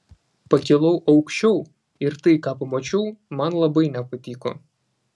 pakilau aukščiau ir tai ką pamačiau man labai nepatiko